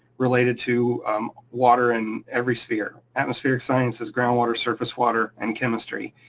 related to water in every sphere, atmospheric sciences, groundwater, surface water, and chemistry.